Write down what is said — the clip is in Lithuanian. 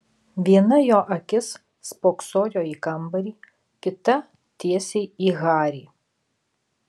viena jo akis spoksojo į kambarį kita tiesiai į harį